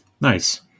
Nice